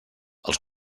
els